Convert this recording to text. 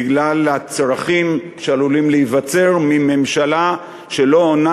בגלל הצרכים שעלולים להיווצר לממשלה שלא עונה